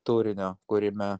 turinio kūrime